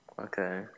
Okay